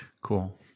Cool